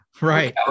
Right